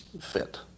fit